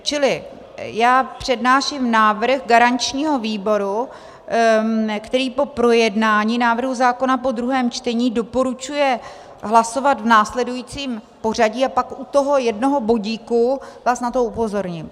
Čili já přednáším návrh garančního výboru, který po projednání návrhu zákona po druhém čtení doporučuje hlasovat v následujícím pořadí, a pak u toho jednoho bodu vás na to upozorním.